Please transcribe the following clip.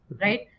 Right